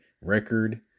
record